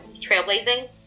trailblazing